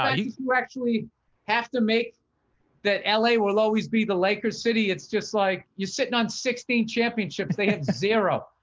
ah you you actually have to make that. la will always be the laker city. it's just like you sitting on sixteen championships. they had zero.